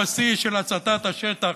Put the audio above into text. הבסיס של הצתת השטח.